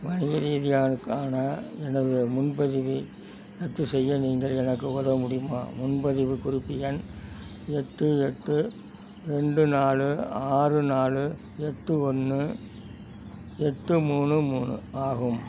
வணிக ரீதியானக்கான எனது முன்பதிவை ரத்து செய்ய நீங்கள் எனக்கு உதவ முடியுமா முன்பதிவு குறிப்பு எண் எட்டு எட்டு ரெண்டு நாலு ஆறு நாலு எட்டு ஒன்று எட்டு மூணு மூணு ஆகும்